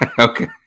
Okay